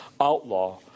outlaw